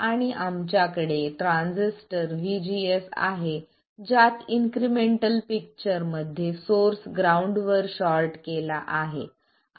आणि आमच्याकडे transistor vGS आहे ज्यात इन्क्रिमेंटल पिक्चर मध्ये सोर्स ग्राउंडवर शॉर्ट केला आहे